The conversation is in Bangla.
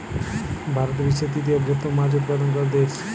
ভারত বিশ্বের তৃতীয় বৃহত্তম মাছ উৎপাদনকারী দেশ